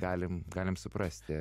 galim galim suprasti